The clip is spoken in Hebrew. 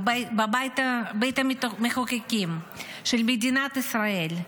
בבית המחוקקים של מדינת ישראל,